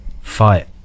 fight